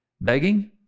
begging